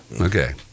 Okay